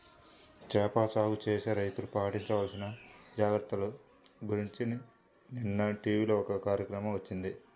చేపల సాగు చేసే రైతులు పాటించాల్సిన జాగర్తల గురించి నిన్న టీవీలో ఒక కార్యక్రమం వచ్చింది